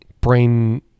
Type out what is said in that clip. brain